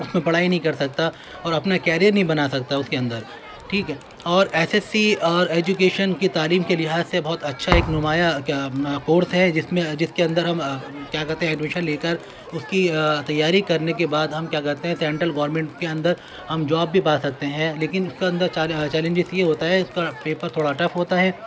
اس میں پڑھائی نہیں کر سکتا اور اپنا کیریئر نہیں بنا سکتا اس کے اندر ٹھیک ہے اور ایس ایس سی اور ایجوکیشن کی تعلیم کے لحاظ سے بہت اچھا ایک نمایا کورس ہے جس میں جس کے اندر ہم کیا کہتے ہیں ایڈمیشن لے کر اس کی تیاری کرنے کے بعد ہم کیا کہتے ہیں سینٹرل گورنمنٹ کے اندر ہم جاب بھی پا سکتے ہیں لیکن اس کے اندر چیلنجز یہ ہوتا ہے اس کا پیپر تھوڑا ٹف ہوتا ہے